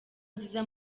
nziza